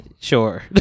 Sure